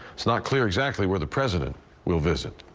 it's not clear exactly where the president will visit.